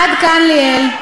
עד כאן ליאל.